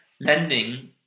lending